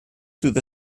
through